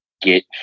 get